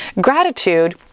gratitude